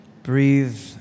Breathe